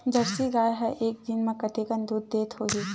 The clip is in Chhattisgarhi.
जर्सी गाय ह एक दिन म कतेकन दूध देत होही?